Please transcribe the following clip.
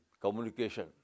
communication